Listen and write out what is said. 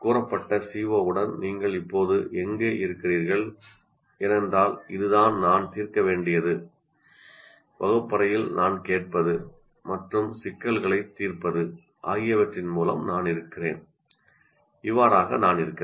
கூறப்பட்ட CO உடன் நீங்கள் இப்போது எங்கே இருக்கிறீர்கள் ஏனென்றால் இதுதான் நான் தீர்க்க வேண்டியது வகுப்பறையில் நான் கேட்பது மற்றும் சிக்கல்களைத் தீர்ப்பது ஆகியவற்றின் மூலம் நான் இருக்கிறேன் இவ்வாறாக நான் இருக்கிறேன்